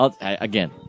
Again